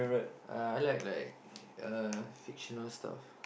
uh I like like uh fictional stuff